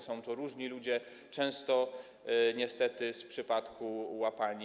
Są to różni ludzie, często niestety z przypadku, łapani.